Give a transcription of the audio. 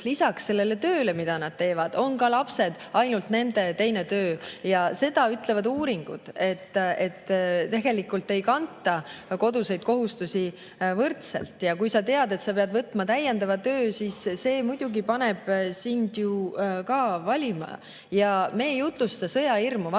lisaks sellele tööle, mida nad teevad, on ka lapsed ainult nende töö. Seda ütlevad uuringud, et tegelikult ei kanta koduseid kohustusi võrdselt. Ja kui sa tead, et sa pead võtma täiendava töö, siis see muidugi paneb sind ju ka valima. Ja me ei jutlusta sõjahirmu.